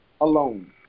alone